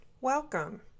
welcome